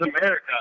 america